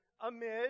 amid